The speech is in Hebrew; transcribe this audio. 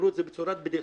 אמרו את זה בצורת בדיחה,